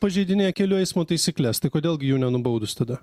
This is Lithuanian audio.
pažeidinėja kelių eismo taisykles tai kodėl gi jų nenubaudus tada